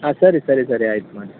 ಹಾಂ ಸರಿ ಸರಿ ಸರಿ ಆಯ್ತು ಮಾಡಿ